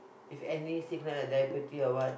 is every sickness diabetes or what